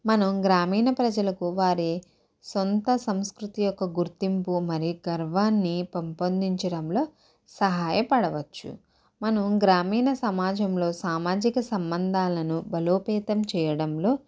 మనం గ్రామీణ ప్రజలకు వారి సొంత సంస్కృతి యొక్క గుర్తింపు మరియు గర్వాన్ని పెంపొందించడంలో సహాయ పడవచ్చు మనం గ్రామీణ సమాజంలో సామజిక సంబంధాలను బలోపేతం చేయడంలో